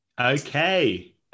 Okay